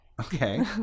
okay